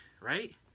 right